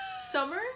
Summer